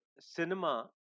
cinema